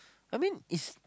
I mean it's